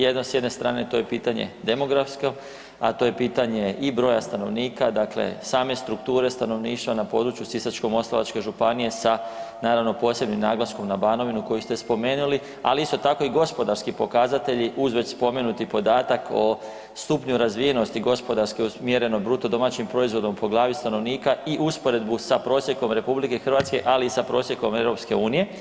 Jedno s jedne strane to je pitanje demografsko, a to je pitanje i broja stanovnika, dakle same strukture stanovništva na području Sisačko-moslavačke županije sa naravno posebnim naglaskom na Banovinu koju ste spomenuli, ali isto tako i gospodarski pokazatelji uz već spomenuti podatak o stupnju razvijenosti gospodarski usmjereno bruto domaćim proizvodom po glavi stanovnika i usporedbu sa prosjekom RH, ali i sa prosjekom EU.